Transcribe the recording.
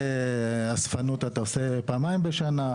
שלמכונית אספנות אתה עושה טסט פעמיים בשנה,